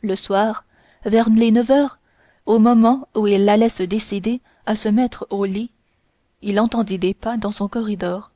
le soir vers les neuf heures au moment où il allait se décider à se mettre au lit il entendit des pas dans son corridor